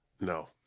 No